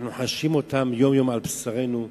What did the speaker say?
אנחנו חשים אותם יום-יום על בשרנו,